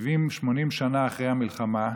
80-70 שנה אחרי המלחמה,